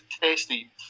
tasty